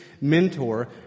mentor